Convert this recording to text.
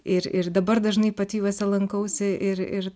ir ir dabar dažnai pati juose lankausi ir ir